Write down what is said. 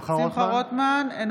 אינו נוכח יעל רון בן